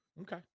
Okay